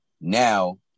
Now